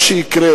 מה שיקרה,